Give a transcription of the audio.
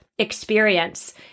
experience